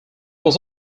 was